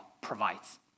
provides